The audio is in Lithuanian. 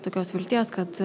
tokios vilties kad